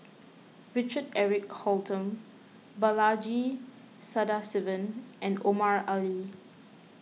Richard Eric Holttum Balaji Sadasivan and Omar Ali